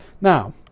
now